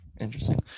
Interesting